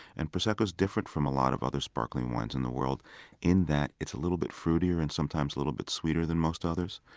and prosecco is different from a lot of other sparkling wines in the world in that it's a little bit fruitier and sometimes a little bit sweeter than most others.